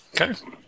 okay